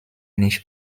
nicht